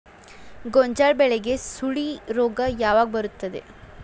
ಗೋಂಜಾಳ ಬೆಳೆಗೆ ಸುಳಿ ರೋಗ ಯಾವಾಗ ಬರುತ್ತದೆ?